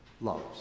loves